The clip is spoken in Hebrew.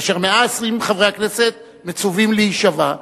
כאשר 120 חברי הכנסת מצווים להישבע,